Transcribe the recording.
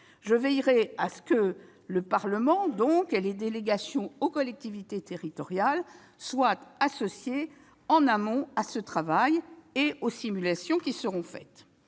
Je veillerai à ce que le Parlement, en particulier les délégations aux collectivités territoriales, soit associé en amont à ce travail et aux simulations menées.